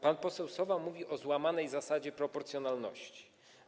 Pan poseł Sowa mówi o złamanej zasadzie proporcjonalności.